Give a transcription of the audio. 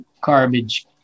garbage